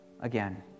Again